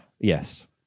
Yes